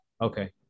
okay